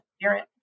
spirit